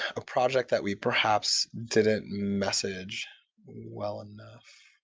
a project that we perhaps didn't message well enough.